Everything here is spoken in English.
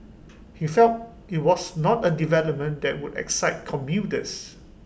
he felt IT was not A development that would excite commuters